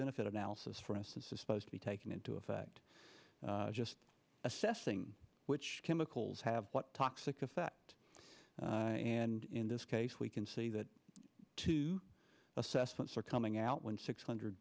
benefit analysis for instance is supposed to be taken into effect just assessing which chemicals have what toxic effect and in this case we can see that too assessments are coming out when six hundred